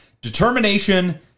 determination